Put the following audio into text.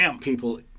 people